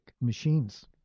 machines